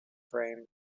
frame